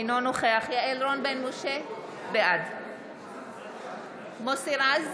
אינו נוכח יעל רון בן משה, בעד מוסי רז,